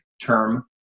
term